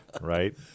right